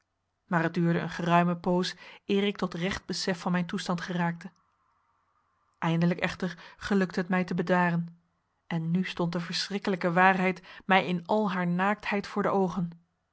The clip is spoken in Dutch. maar het duurde een geruime poos eer ik tot recht besef van mijn toestand geraakte eindelijk echter gelukte het mij te bedaren en nu stond de verschrikkelijke waarheid mij in al haar naaktheid voor de oogen